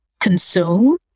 consume